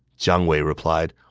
jiang wei replied,